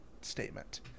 statement